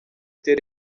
ter